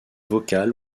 vocal